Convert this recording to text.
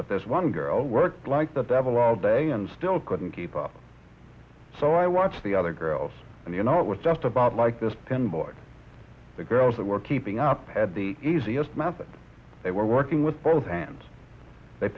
but this one girl worked like the devil all day and still couldn't keep up so i watched the other girls and you know it was just about like this ten boys the girls that were keeping up had the easiest method they were working with both and they